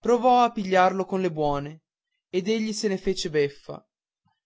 provò a pigliarlo con le buone ed egli se ne fece beffe